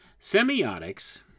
Semiotics